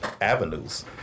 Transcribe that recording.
avenues